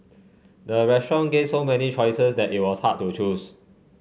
the restaurant gave so many choices that it was hard to choose